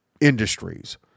industries